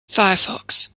firefox